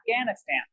Afghanistan